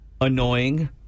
annoying